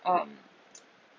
um